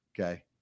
okay